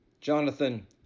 Jonathan